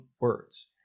words